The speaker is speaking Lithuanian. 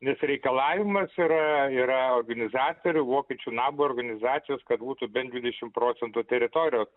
nes reikalavimas yra yra organizatorių vokiečių nab organizacijos kad būtų bent dvidešim procentų teritorijos